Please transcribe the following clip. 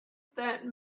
that